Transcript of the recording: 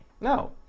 No